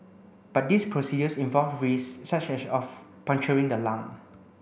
but these procedures involve risks such as of puncturing the lung